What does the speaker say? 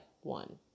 one